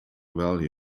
value